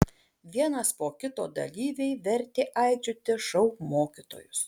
vienas po kito dalyviai vertė aikčioti šou mokytojus